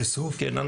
כן,